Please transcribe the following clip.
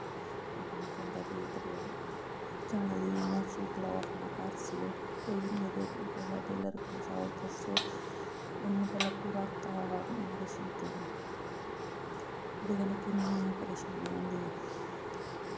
ते एह्दे कन्नै केह् होंदा कि इक ते बाह्र जाने दी इयां सूट लैओ अपने घर सियो कोई इन्नी ते टेलर कोल जाओ ते दस्सो उन्न पैहले पूरा हफ्ता बाद सूट देना ते ओह्दे कन्नै किन्नी परेशानी होंदी ऐ